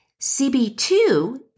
CB2